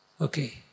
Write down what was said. Okay